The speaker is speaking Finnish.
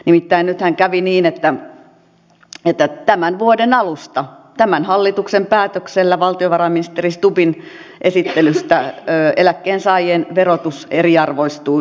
nimittäin nythän kävi niin että tämän vuoden alusta tämän hallituksen päätöksellä valtiovarainministeri stubbin esittelystä eläkkeensaajien verotus eriarvoistui palkansaajiin nähden